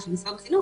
של משרד החינוך